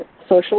social